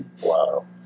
wow